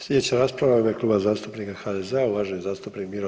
Sljedeća rasprava u ime Kluba zastupnika HDZ-a uvaženi zastupnik Miro